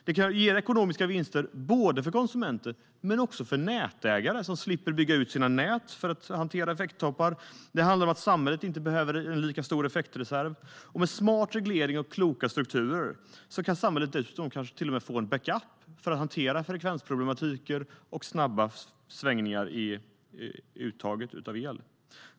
Det ger ekonomiska vinster både för konsumenter och för nätägare som slipper bygga ut sina nät för att hantera effekttoppar. Det handlar om att samhället inte behöver en lika stor effektreserv. Med smart reglering och kloka strukturer kan samhället dessutom kanske till och med få en backup för att hantera frekvensproblematik och snabba svängningar i uttaget av el.